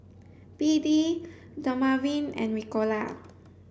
B D Dermaveen and Ricola